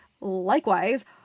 likewise